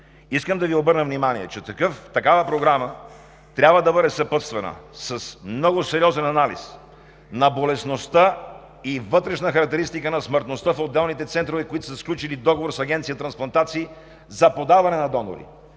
Искам да Ви обърна внимание, че такава програма трябва да бъде съпътствана с много сериозен анализ на болестността и вътрешна характеристика на смъртността в отделните центрове, които са сключили договор с Агенцията по трансплантации за подаване на донори,